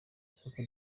isoko